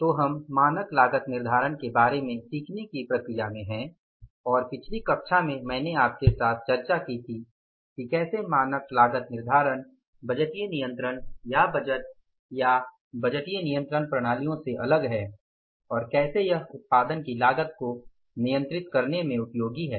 तो हम मानक लागत के बारे में सीखने की प्रक्रिया में हैं और पिछली कक्षा में मैंने आपके साथ चर्चा की थी कि कैसे मानक लागत बजटीय नियंत्रण या बजट और बजटीय नियंत्रण प्रणालियों से अलग है और कैसे यह उत्पादन की लागत को नियंत्रित करने में उपयोगी है